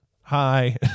hi